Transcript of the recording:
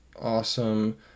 awesome